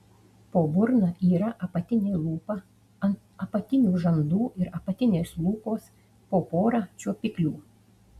po burna yra apatinė lūpa ant apatinių žandų ir apatinės lūpos po porą čiuopiklių